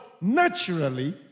naturally